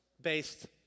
based